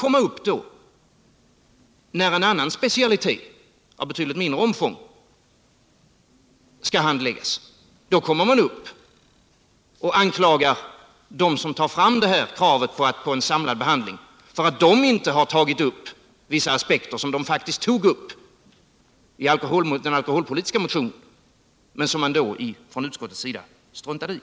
Sedan, när en annan specialitet — av betydligt mindre omfång — behandlas, anklagas de som för fram kravet på en samlad behandling för att de inte har tagit upp vissa aspekter, som de faktiskt har tagit upp i den tidigare alkoholpolitiska motionen men som utskottet har struntat i.